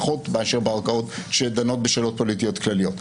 פחות מאשר בערכאות שדנות בשאלות פוליטיות כלליות.